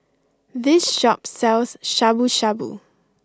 this shop sells Shabu Shabu